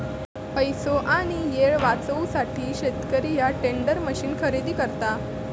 पैसो आणि येळ वाचवूसाठी शेतकरी ह्या टेंडर मशीन खरेदी करता